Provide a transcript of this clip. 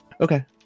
Okay